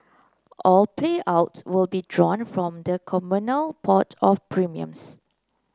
all payouts will be drawn from the communal pot of premiums